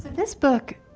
this book,